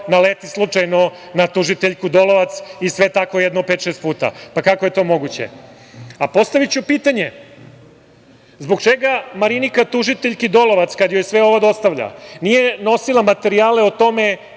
naleti slučajno na tužiteljku Dolovac i sve tako jedno pet-šest puta. Kako je to moguće? Postaviću pitanje – zbog čega Marinika tužiteljki Dolovac, kada joj sve ovo dostavlja, nije nosila materijale o tome